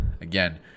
Again